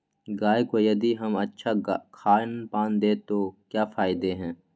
गाय को यदि हम अच्छा खानपान दें तो क्या फायदे हैं?